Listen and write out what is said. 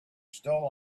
still